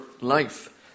life